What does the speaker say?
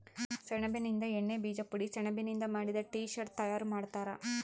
ಸೆಣಬಿನಿಂದ ಎಣ್ಣೆ ಬೀಜ ಪುಡಿ ಸೆಣಬಿನಿಂದ ಮಾಡಿದ ಟೀ ಶರ್ಟ್ ತಯಾರು ಮಾಡ್ತಾರ